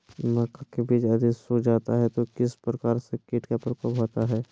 मक्का के बिज यदि सुख जाता है तो किस प्रकार के कीट का प्रकोप होता है?